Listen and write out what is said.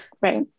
right